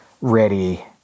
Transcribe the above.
ready